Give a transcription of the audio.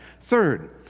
Third